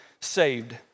saved